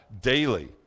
daily